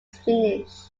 finnish